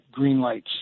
greenlights